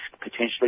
potentially